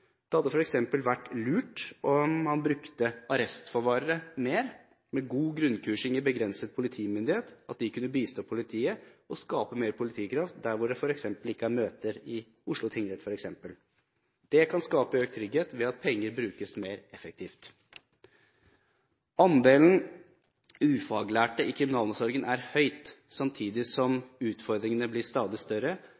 Det hadde f.eks. vært lurt om man brukte arrestforvarere mer, med god grunnkursing i begrenset politimyndighet, at de kunne bistå politiet og skape mer politikraft når det f.eks. ikke er møter i Oslo tingrett. Det kan skape økt trygghet ved at penger brukes mer effektivt. Andelen ufaglærte i kriminalomsorgen er høy, samtidig som